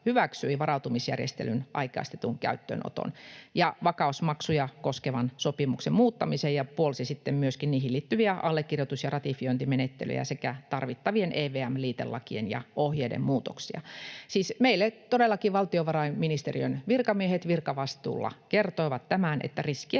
hyväksyi varautumisjärjestelyn aikaistetun käyttöönoton ja vakausmaksuja koskevan sopimuksen muuttamisen ja puolsi sitten myöskin niihin liittyviä allekirjoitus- ja ratifiointimenettelyjä sekä tarvittavien EVM-liitelakien ja -ohjeiden muutoksia. Siis meille todellakin valtiovarainministeriön virkamiehet virkavastuulla kertoivat, että riskien